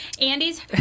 Andy's